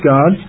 God